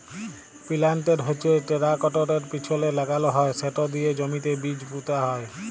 পিলান্টের হচ্যে টেরাকটরের পিছলে লাগাল হয় সেট দিয়ে জমিতে বীজ পুঁতা হয়